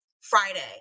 Friday